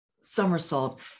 somersault